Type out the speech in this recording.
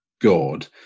God